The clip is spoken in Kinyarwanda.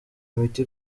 imiti